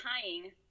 tying